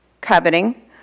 coveting